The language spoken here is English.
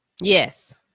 Yes